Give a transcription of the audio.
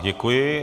Děkuji.